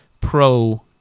pro